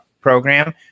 program